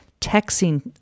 Texting